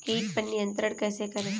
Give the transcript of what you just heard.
कीट पर नियंत्रण कैसे करें?